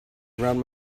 around